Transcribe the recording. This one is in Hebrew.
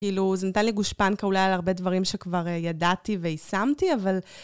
כאילו, זה נתן לי גושפנקה אולי על הרבה דברים שכבר ידעתי ויישמתי, אבל...